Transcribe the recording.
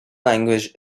language